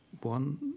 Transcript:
one